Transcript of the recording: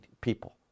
people